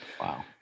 Wow